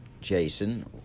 Jason